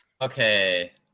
Okay